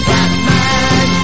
Batman